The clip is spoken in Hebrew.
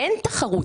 אין תחרות.